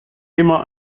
immer